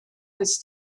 was